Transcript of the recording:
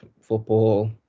football